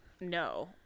No